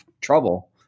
trouble